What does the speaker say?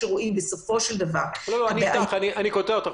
בסופו של דבר רואים --- אני קוטע אותך.